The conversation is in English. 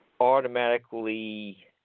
automatically